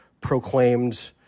proclaimed